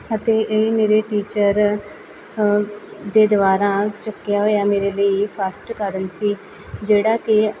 ਅਤੇ ਇਹ ਮੇਰੇ ਟੀਚਰ ਦੇ ਦੁਆਰਾ ਚੁੱਕਿਆ ਹੋਇਆ ਮੇਰੇ ਲਈ ਫਸਟ ਕਦਮ ਸੀ ਜਿਹੜਾ ਕਿ